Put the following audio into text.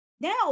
now